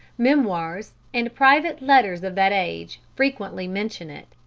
memoirs and private letters of that age frequently mention it.